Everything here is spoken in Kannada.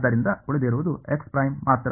ಆದ್ದರಿಂದ ಉಳಿದಿರುವುದು ಮಾತ್ರ